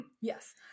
yes